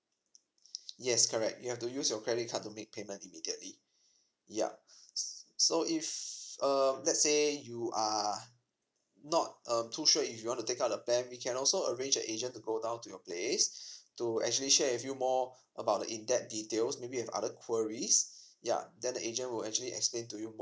yes correct you have to use your credit card to make payment immediately ya s~ so if uh let's say you are not um too sure if you want to take up the plan we can also arrange a agent to go down to your place to actually share with you more about the in depth details maybe you have other queries ya then the agent will actually explain to you more